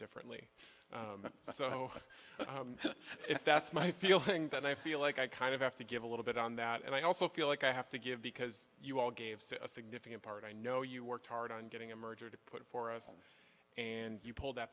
differently so what if that's my feeling that i feel like i kind of have to give a little bit on that and i also feel like i have to give because you all gave so a significant part i know you worked hard on getting a merger to put for us and you pulled